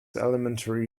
elementary